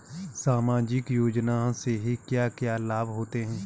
सामाजिक योजना से क्या क्या लाभ होते हैं?